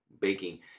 baking